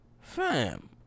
Fam